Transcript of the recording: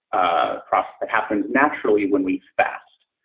a process that happens naturally when we fast,